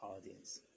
audience